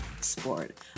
sport